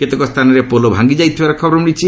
କେତେକ ସ୍ଥାନରେ ପୋଲ ଭାଙ୍ଗି ଯାଇଥିବାର ଖବର ମିଳିଛି